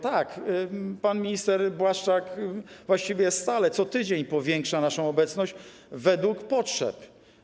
Tak, pan minister Błaszczak właściwie stale, co tydzień powiększa naszą obecność według potrzeb.